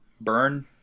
burn